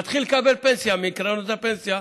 הוא מתחיל לקבל פנסיה מקרנות הפנסיה,